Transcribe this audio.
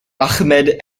ahmed